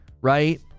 right